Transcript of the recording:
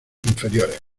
inferiores